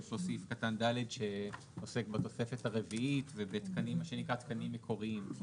יש פה סעיף קטן (ד) שעוסק בתוספת הרביעית ובמה שנקרא תקנים מקוריים.